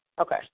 Okay